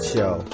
Show